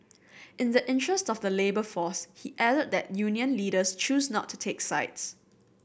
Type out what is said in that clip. in the interest of the labour force he added that union leaders choose not to take sides